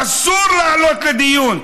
אסור להעלות לדיון,